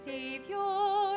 Savior